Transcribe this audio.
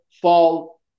fall